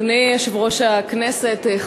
אדוני יושב-ראש הכנסת,